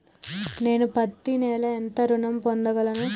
నేను పత్తి నెల ఎంత ఋణం పొందగలను?